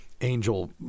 angel